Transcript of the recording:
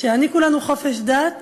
שיעניקו לנו חופש דת